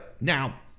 Now